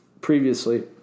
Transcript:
previously